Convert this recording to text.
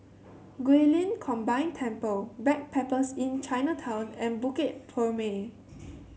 Guilin Combine Temple Backpackers Inn Chinatown and Bukit Purmei